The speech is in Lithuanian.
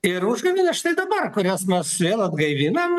ir užgavėnės štai dabar kurias mes vėl atgaivinam